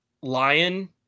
lion